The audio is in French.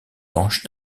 penche